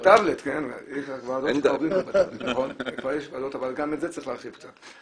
בטאבלט, נכון, אבל גם את זה צריך להרחיב קצת.